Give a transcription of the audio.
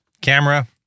camera